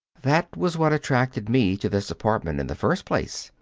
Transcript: that was what attracted me to this apartment in the first place,